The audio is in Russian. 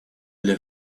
для